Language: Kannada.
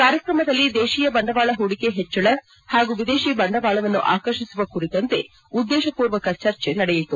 ಕಾರ್ಯಕ್ರಮದಲ್ಲಿ ದೇಶೀಯ ಬಂಡವಾಳ ಪೂಡಿಕೆ ಹೆಚ್ಚಳ ಹಾಗೂ ವಿದೇಶಿ ಬಂಡವಾಳವನ್ನು ಆಕರ್ಷಿಸುವ ಕುರಿತಂತೆ ಉದ್ದೇಶಮೂರ್ವಕ ಚರ್ಚೆ ನಡೆಯಿತು